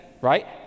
right